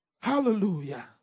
Hallelujah